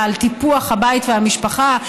לטיפוח הבית והמשפחה.